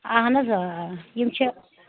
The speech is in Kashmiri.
اہن حظ آ آ یِم چھِ